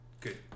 good